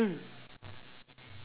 mm